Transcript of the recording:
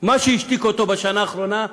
מה שהשתיק אותו בשנה האחרונה,